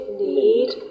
need